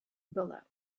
below